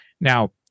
Now